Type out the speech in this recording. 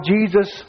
Jesus